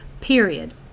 period